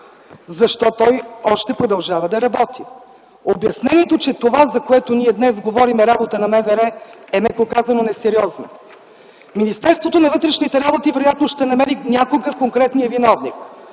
защо той още продължава да работи? Обяснението, че това, за което ние днес говорим, е работа на МВР, е, меко казано, несериозно. Министерството на вътрешните работи вероятно ще намери някога конкретния виновник